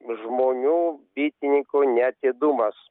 žmonių bitininkų neatidumas